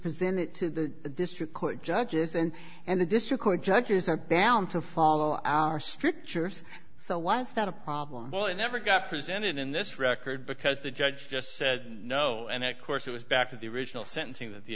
presented to the district court judges then and the district court judges are down to follow our strictures so why is that a problem well it never got presented in this record because the judge just said no and of course it was back to the original sentencing that the